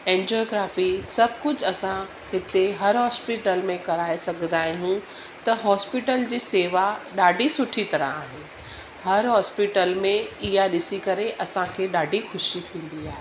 angiography सभु कुझु असां हिते हर हॉस्पिटल में कराए सघंदा आहियूं त हॉस्पिटल जी शेवा ॾाढी सुठी तरह आहे हर हॉस्पिटल में इहा ॾिसी करे असांखे ॾाढी ख़ुशी थींदी आहे